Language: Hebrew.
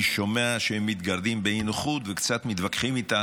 אני שומע שהם מתגרדים באי-נוחות וקצת מתווכחים איתנו,